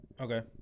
Okay